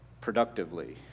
productively